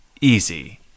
easy